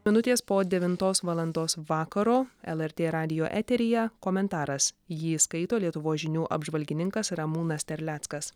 minutės po devintos valandos vakaro lrt radijo eteryje komentaras jį skaito lietuvos žinių apžvalgininkas ramūnas terleckas